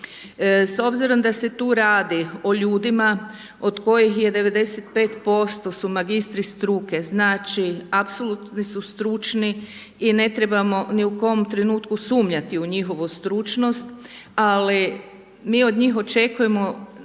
S obzirom da se tu radi o ljudima od kojih je 95% su magistri struke, znači apsolutni su stručni i ne trebamo ni u kom trenutku sumnjati u njihovu stručnost, ali mi od njih očekujemo